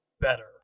better